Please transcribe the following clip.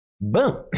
Boom